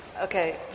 Okay